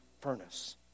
furnace